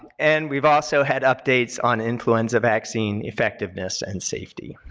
and we've also had updates on influenza vaccine effectiveness and safety.